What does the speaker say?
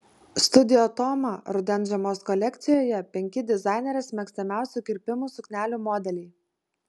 studio toma rudens žiemos kolekcijoje penki dizainerės mėgstamiausių kirpimų suknelių modeliai